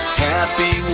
happy